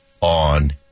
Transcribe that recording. on